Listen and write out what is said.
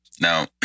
now